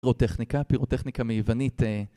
פירוטכניקה, פירוטכניקה מיוונית.